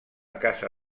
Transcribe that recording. casa